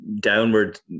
downward